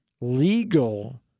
legal